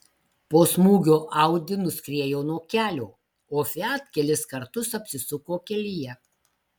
po smūgio audi nuskriejo nuo kelio o fiat kelis kartus apsisuko kelyje